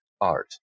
art